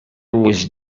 was